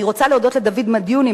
אני רוצה להודות לדוד מדיוני,